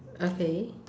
okay